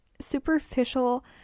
superficial